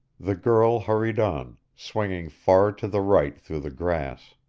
the girl hurried on, swinging far to the right through the grass.